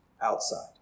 outside